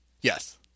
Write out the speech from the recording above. Yes